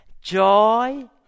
joy